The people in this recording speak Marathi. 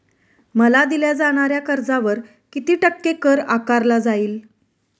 मला दिल्या जाणाऱ्या कर्जावर किती टक्के कर आकारला जाईल?